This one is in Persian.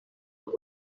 خودت